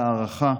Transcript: בהערכה,